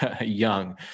young